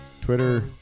Twitter